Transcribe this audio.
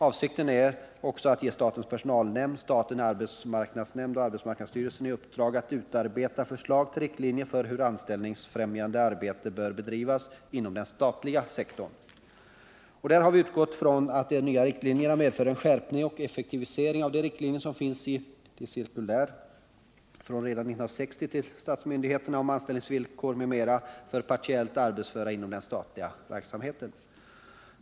Avsikten är också att ge statens personalnämnd, statens arbetsmarknadsnämnd och arbetsmarknadsstyrelsen i uppdrag att utarbeta förslag till riktlinjer för hur anställningsfrämjande arbete bör bedrivas inom den statliga sektorn. Därvidlag har vi utgått från att de nya riktlinjerna medför en skärpning och effektivisering av de riktlinjer som finns i cirkulär från så tidigt som 1960 till statsmyndigheterna om anställningsvillkor m.m. för partiellt arbetsföra inom den statliga verksamheten.